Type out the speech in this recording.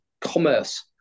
commerce